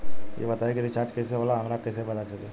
ई बताई कि रिचार्ज कइसे होला हमरा कइसे पता चली?